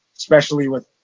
especially with,